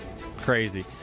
crazy